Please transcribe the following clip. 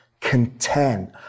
content